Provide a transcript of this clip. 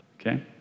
okay